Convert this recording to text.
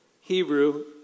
Hebrew